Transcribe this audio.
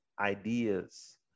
ideas